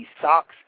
socks